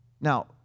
Now